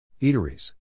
Eateries